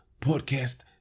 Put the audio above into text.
Podcast